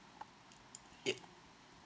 yeap